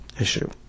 issue